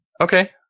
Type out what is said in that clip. Okay